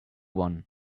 one